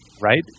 Right